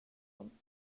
dem